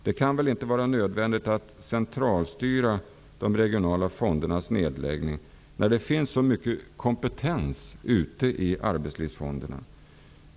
Det kan väl inte vara nödvändigt att centralstyra de regionala fondernas nedläggning, när det finns så mycket kompetens ute i arbetslivsfonderna?